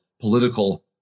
political